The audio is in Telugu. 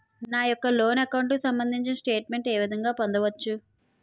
నా యెక్క లోన్ అకౌంట్ కు సంబందించిన స్టేట్ మెంట్ ఏ విధంగా పొందవచ్చు?